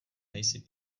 nejsi